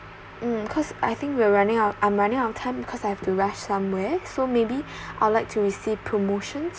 mm cause I think we're running out I'm running out of time because I have to rush somewhere so maybe I would like to receive promotions